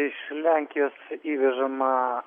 iš lenkijos įvežama